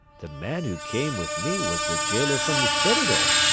the man who came with me was the gaoler from the citadel,